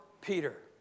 Peter